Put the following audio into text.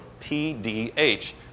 TDH